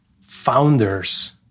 founders